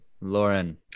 Lauren